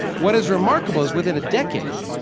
what is remarkable is, within a decade,